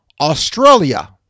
Australia